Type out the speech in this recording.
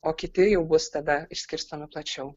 o kiti jau bus tada išskirstomi plačiau